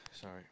Sorry